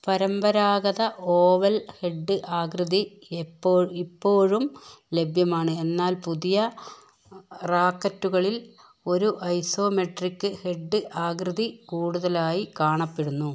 പരമ്പരാഗത oval head ആകൃതി എപ്പോഴ് ഇപ്പോഴും ലഭ്യമാണ് എന്നാൽ പുതിയ റാക്കറ്റുകളിൽ ഒരു ഐസോമെട്രിക്ക് ഹെഡ് ആകൃതി കൂടുതലായി കാണപ്പെടുന്നു